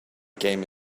game